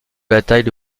bataille